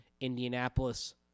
Indianapolis